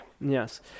Yes